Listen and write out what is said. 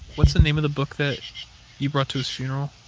what's the name of the book that you brought to his funeral?